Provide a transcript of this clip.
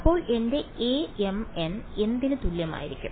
അപ്പോൾ എന്റെ Amn എന്തിന് തുല്യമായിരിക്കും